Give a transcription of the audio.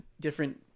different